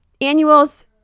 annuals